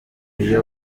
iyo